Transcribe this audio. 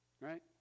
Right